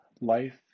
life